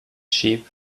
sheep